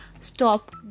stop